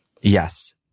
Yes